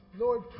Lord